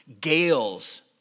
gales